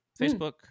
Facebook